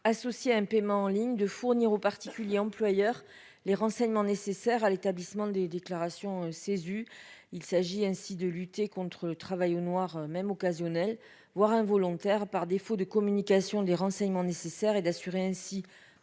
associées à un paiement en ligne de fournir aux particuliers employeurs les renseignements nécessaires à l'établissement des déclarations Cesu. Il s'agit ainsi de lutter contre le travail au noir, même occasionnel, voire involontaire, provoqué par un défaut de communication des renseignements nécessaires, et, ainsi,